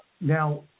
now